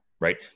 right